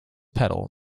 pedal